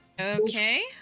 okay